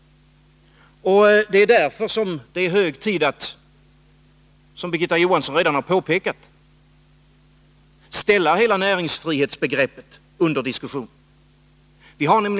Det är därför hög tid — som Birgitta Johansson redan har påpekat — att ställa hela näringsfrihetsbegreppet under diskussion.